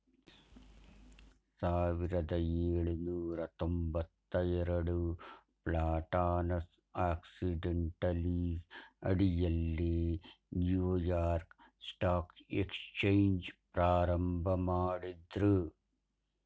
ಸಾವಿರದ ಏಳುನೂರ ತೊಂಬತ್ತಎರಡು ಪ್ಲಾಟಾನಸ್ ಆಕ್ಸಿಡೆಂಟಲೀಸ್ ಅಡಿಯಲ್ಲಿ ನ್ಯೂಯಾರ್ಕ್ ಸ್ಟಾಕ್ ಎಕ್ಸ್ಚೇಂಜ್ ಪ್ರಾರಂಭಮಾಡಿದ್ರು